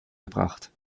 gebracht